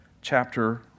chapter